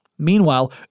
Meanwhile